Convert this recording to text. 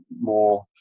more